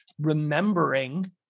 remembering